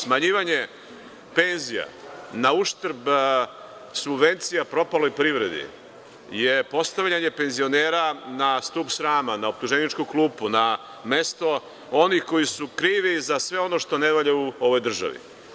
Smanjivanje penzija na uštrb subvencija propaloj privredi, je postavljanje penzionera na stub srama, na optuženičku klupu, na mesto onih koji su krivi za sve ono što ne valja u ovoj državi.